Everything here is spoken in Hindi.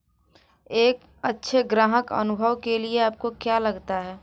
एक अच्छे ग्राहक अनुभव के लिए आपको क्या लगता है?